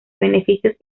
beneficios